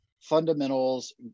fundamentals